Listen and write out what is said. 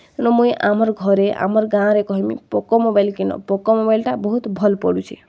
ସେନୁ ମୁଇଁ ଆମର୍ ଘରେ ଆମର୍ ଗାଁରେ କହେମି ପୋକୋ ମୋବାଇଲ୍ କି ନ ପୋକୋ ମୋବାଇଲ୍ଟା ବହୁତ୍ ଭଲ୍ ପଡ଼ୁଛେ